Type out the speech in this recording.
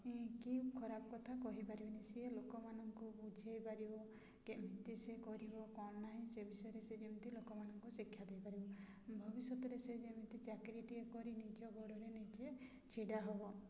କି ଖରାପ କଥା କହିପାରିବିନି ସିଏ ଲୋକମାନଙ୍କୁ ବୁଝେଇ ପାରିବ କେମିତି ସେ କରିବ କଣ ନାହିଁ ସେ ବିଷୟରେ ସେ ଯେମିତି ଲୋକମାନଙ୍କୁ ଶିକ୍ଷା ଦେଇପାରିବ ଭବିଷ୍ୟତରେ ସେ ଯେମିତି ଚାକିରିଟିଏ କରି ନିଜ ଗୋଡ଼ରେ ନିଜେ ଛିଡ଼ା ହେବ